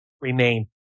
remain